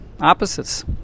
opposites